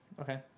Okay